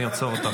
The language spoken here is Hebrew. אני אעצור אותך.